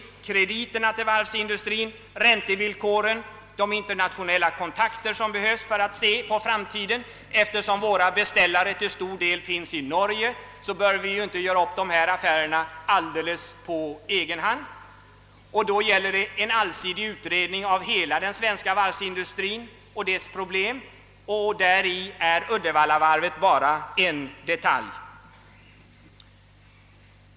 Det gäller krediterna till denna industri, räntevillkoren, de internationella kontakter vi behöver för att bedöma framtidsutsikterna. Eftersom vår varvsindustris beställare till stor del finns i Norge, bör vi ju inte göra upp dessa affärer helt på egen hand. Då gäller det en allsidig utredning av hela den svenska varvsindustrin och dess problem, och där är Uddevallavarvet bara en detalj.